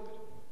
אומרים